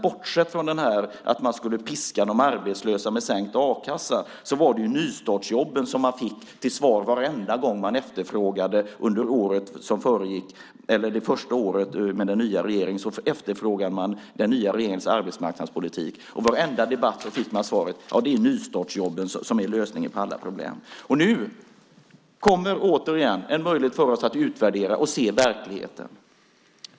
Bortsett från att man skulle piska de arbetslösa med sänkt a-kassa, var nystartsjobben det som vi fick till svar varenda gång vi under det första året med den nya regeringen efterfrågade den nya regeringens arbetsmarknadspolitik. I varenda debatt fick vi svaret: Det är nystartsjobben som är lösningen på alla problem. Nu kommer återigen en möjlighet för oss att utvärdera och se verkligheten.